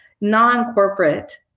non-corporate